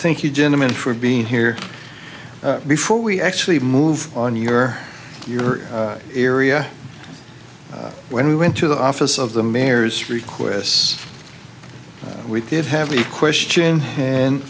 thank you gentlemen for being here before we actually move on your your area when we went to the office of the mayor's requests we did have a question and